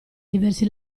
diversi